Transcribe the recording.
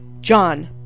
John